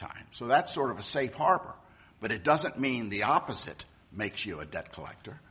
time so that's sort of a safe harbor but it doesn't mean the opposite makes you a debt collector